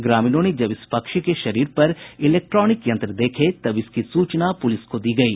ग्रामीणों ने जब इस पक्षी के शरीर पर इलेक्ट्रॉनिक यंत्र देखे तब इसकी सूचना पुलिस को दी गयी